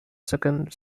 second